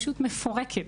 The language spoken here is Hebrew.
פשוט מפורקת,